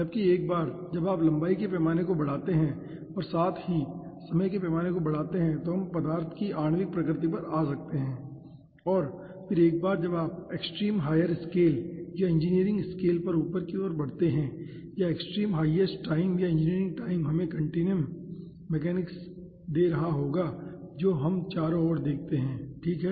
जबकि एक बार जब आप लंबाई के पैमाने को बढ़ाते हैं और साथ ही समय के पैमाने को बढ़ाते हैं तो हम पदार्थ की आणविक प्रकृति पर आ सकते हैं और फिर एक बार जब आप एक्सट्रीम हायर स्केल या इंजीनियरिंग स्केल पर ऊपर की ओर बढ़ते हैं या एक्सट्रीम हाईएस्ट टाइम या इंजीनियरिंग टाइम हमें कॉन्टीनम मैकेनिक्स दे रहा होगा जो हम चारों ओर देखते हैं ठीक है